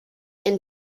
and